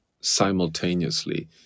simultaneously